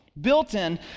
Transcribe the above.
built-in